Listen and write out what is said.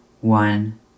one